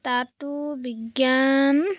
তাতো বিজ্ঞান